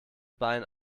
bein